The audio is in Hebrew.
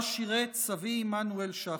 שבה שירת סבי עמנואל שחר.